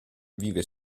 vive